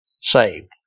saved